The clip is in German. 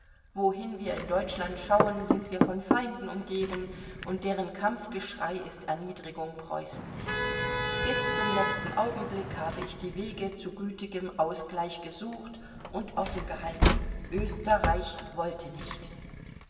wohin wir in deutschland schauen sind wir von feinden umgeben und deren kampfgeschrei ist erniedrigung preußens bis zum letzten augenblick habe ich die wege zu gütigem ausgleich gesucht und offen gehalten österreich wollte nicht